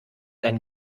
ein